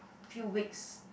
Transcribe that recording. few weeks